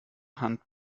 hand